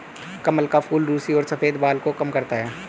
कमल का फूल रुसी और सफ़ेद बाल को कम करता है